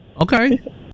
Okay